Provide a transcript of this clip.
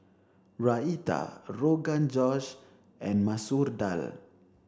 Raita Rogan Josh and Masoor Dal